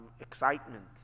Excitement